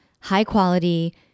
high-quality